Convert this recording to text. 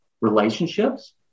relationships